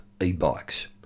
e-bikes